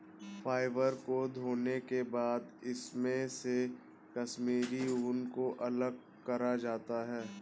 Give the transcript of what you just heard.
fibre को धोने के बाद इसमे से कश्मीरी ऊन को अलग करा जाता है